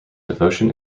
devotion